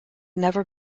never